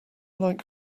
like